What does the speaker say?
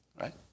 right